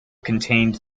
contained